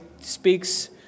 speaks